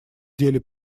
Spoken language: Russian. деле